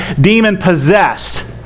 demon-possessed